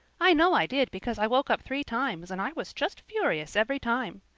i know i did because i woke up three times and i was just furious every time.